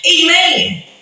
amen